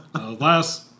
Last